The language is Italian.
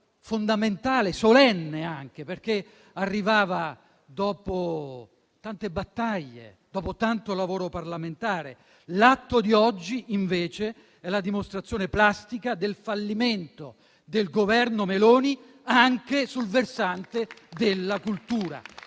fondamentale ed anche solenne perché arrivato dopo tante battaglie e tanto lavoro parlamentare. L'atto di oggi, invece, è la dimostrazione plastica del fallimento del Governo Meloni anche sul versante della cultura.